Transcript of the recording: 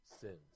sins